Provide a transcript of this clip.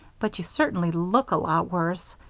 but you certainly look a lot worse.